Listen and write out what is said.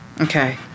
Okay